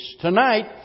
Tonight